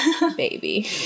baby